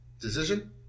Decision